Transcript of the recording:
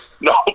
No